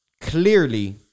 clearly